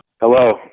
Hello